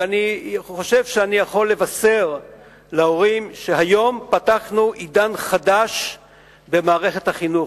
ואני חושב שאני יכול לבשר להורים שהיום פתחנו עידן חדש במערכת החינוך.